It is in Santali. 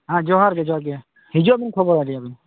ᱡᱚᱦᱟᱨ ᱜᱮ ᱡᱚᱦᱟᱨ ᱜᱮ ᱦᱤᱡᱩᱜ ᱟᱵᱮᱱ ᱠᱷᱚᱵᱚᱨ ᱟᱹᱞᱤᱧ ᱟᱵᱮᱱ